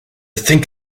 think